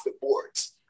boards